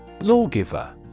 Lawgiver